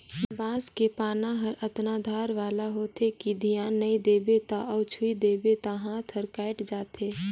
बांस के पाना हर अतना धार वाला होथे कि धियान नई देबे त अउ छूइ देबे त हात हर कटाय जाथे